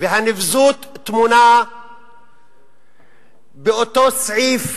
והנבזות טמונה באותו סעיף